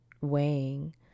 weighing